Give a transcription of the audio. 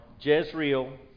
Jezreel